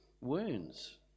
wounds